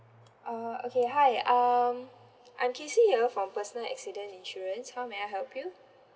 uh okay hi um I'm casey ya from personal accident insurance how may I help you